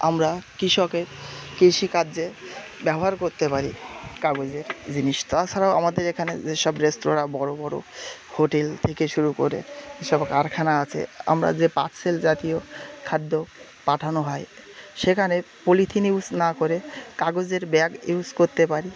আমরা কৃষকের কৃষিকার্যে ব্যবহার করতে পারি কাগজের জিনিস তাছাড়াও আমাদের এখানে যেসব রেস্তোরাঁ বড় বড় হোটেল থেকে শুরু করে যেসব কারখানা আছে আমরা যে পার্সেল জাতীয় খাদ্য পাঠানো হয় সেখানে পলিথিন ইউজ না করে কাগজের ব্যাগ ইউজ করতে পারি